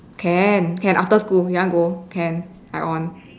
can can after school you want go can I on